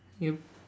yup